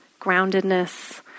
groundedness